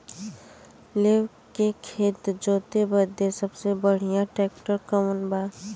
लेव के खेत जोते बदे सबसे बढ़ियां ट्रैक्टर कवन बा?